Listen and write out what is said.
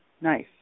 nice